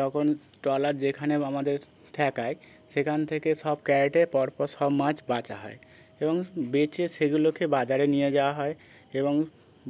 তখন ট্রলার যেখানে আমাদের ঠেকায় সেখান থেকে সব ক্রেটে পরপর সব মাছ বাছা হয় এবং বেছে সেগুলোকে বাজারে নিয়ে যাওয়া হয় এবং